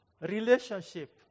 Relationship